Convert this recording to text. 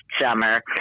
summer